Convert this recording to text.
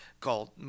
called